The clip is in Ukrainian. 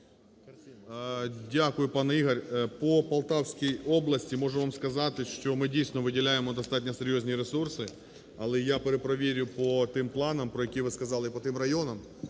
Дякую, пане Ігор. По Полтавській області, можу вам сказати, що ми, дійсно, виділяємо достатньо серйозні ресурси. Але я перепровірю по тим планам, про які ви сказали, по тим районам.